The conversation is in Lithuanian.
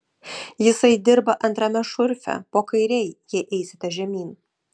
jisai dirba antrame šurfe po kairei jei eisite žemyn